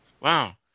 Wow